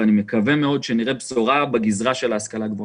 ואני מקווה מאוד שנראה בשורה בגזרה של ההשכלה הגבוהה.